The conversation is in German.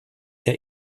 der